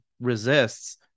resists